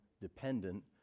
dependent